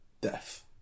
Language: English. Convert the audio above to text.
Death